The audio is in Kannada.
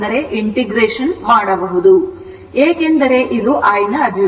ಏಕೆಂದರೆ ಇದು I ನ ಅಭಿವ್ಯಕ್ತಿ